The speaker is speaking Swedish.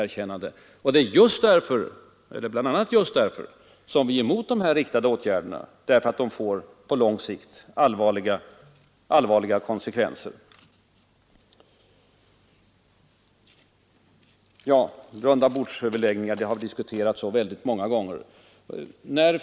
Vi är emot riktade åtgärder, bl.a. just därför att de på lång sikt låser handlingsfriheten. Rundabordsöverläggningar har vi diskuterat många gånger.